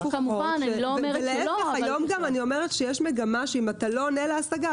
אני אומרת שהיום יש מגמה שאם אתה לא עונה להשגה,